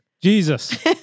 Jesus